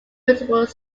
notable